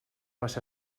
les